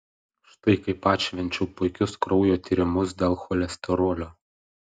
štai kaip atšvenčiau puikius kraujo tyrimus dėl cholesterolio